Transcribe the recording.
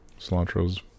Cilantro's